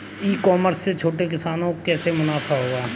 ई commerce से छोटे किसानों को कैसे मुनाफा होगा?